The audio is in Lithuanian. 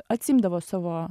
atsiimdavo savo